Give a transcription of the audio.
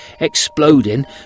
exploding